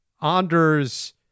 Anders